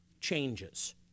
changes